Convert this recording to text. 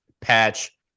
patch